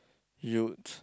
you'd